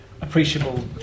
appreciable